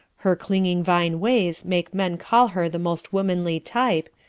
her clinging-vine ways make men call her the most womanly type,